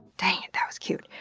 dang, that was cute.